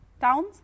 towns